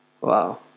Wow